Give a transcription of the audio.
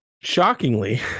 Shockingly